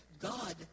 God